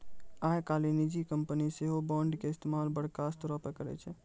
आइ काल्हि निजी कंपनी सेहो बांडो के इस्तेमाल बड़का स्तरो पे करै छै